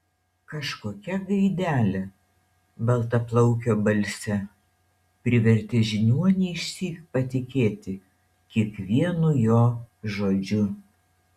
kažkokia gaidelė baltaplaukio balse privertė žiniuonį išsyk patikėti kiekvienu jo žodžiu